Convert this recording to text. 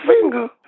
finger